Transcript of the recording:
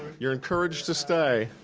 you're encouraged to stay.